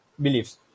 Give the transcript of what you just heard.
beliefs